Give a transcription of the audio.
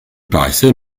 paraissait